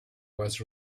was